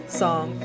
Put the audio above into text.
song